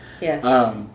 yes